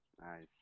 Nice